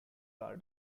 car